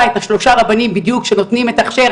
את שלושת הרבנים בדיוק שנותנים את ההכשר,